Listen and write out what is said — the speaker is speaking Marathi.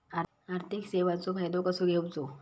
आर्थिक सेवाचो फायदो कसो घेवचो?